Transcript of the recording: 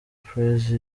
praise